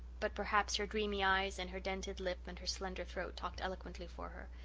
but perhaps her dreamy eyes and her dented lip and her slender throat talked eloquently for her.